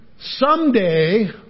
someday